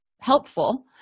helpful